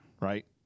Right